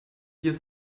here